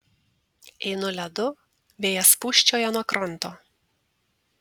einu ledu vėjas pūsčioja nuo kranto